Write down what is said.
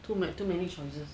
too many choices